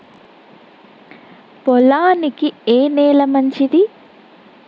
పొలానికి ఏ నేల మంచిది?